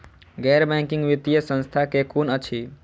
गैर बैंकिंग वित्तीय संस्था केँ कुन अछि?